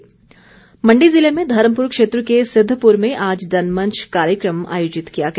जनमंच मण्डी ज़िले में धर्मपुर क्षेत्र के सिद्धपुर में आज जनमंच कार्यक्रम आयोजित किया गया